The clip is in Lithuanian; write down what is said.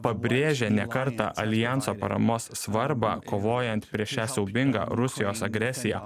pabrėžė ne kartą aljanso paramos svarbą kovojant prieš šią siaubingą rusijos agresiją